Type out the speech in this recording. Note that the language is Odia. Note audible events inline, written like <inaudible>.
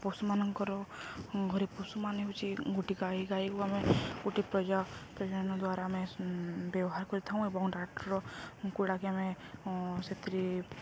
ପଶୁମାନଙ୍କର ଘର ପଶୁମାନେ ହେଉଛି ଗୋଟି ଗାଈ ଗାଈକୁ ଆମେ ଗୋଟେ ପ୍ରଜନନ ଦ୍ୱାରା ଆମେ ବ୍ୟବହାର କରିଥାଉ ଏବଂ <unintelligible> ଗୁଡ଼ାକ ଆମେ ସେଥିରେ